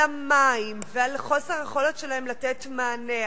על המים ועל חוסר היכולת שלהם לתת מענה,